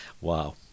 Wow